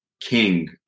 king